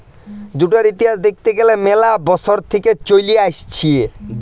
জুটের ইতিহাস দ্যাখতে গ্যালে ম্যালা বসর থেক্যে চলে আসছে